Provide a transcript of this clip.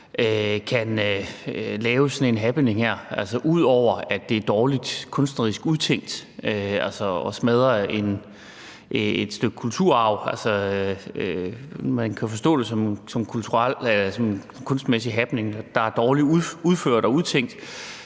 kan lave sådan en happening, altså ud over at det er dårligt kunstnerisk udtænkt at smadre et stykke kulturarv – altså, man kan forstå det som en kunstnerisk happening, som er dårligt udført og udtænkt